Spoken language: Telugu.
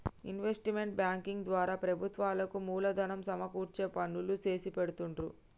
ఇన్వెస్ట్మెంట్ బ్యేంకింగ్ ద్వారా ప్రభుత్వాలకు మూలధనం సమకూర్చే పనులు చేసిపెడుతుండ్రు